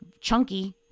chunky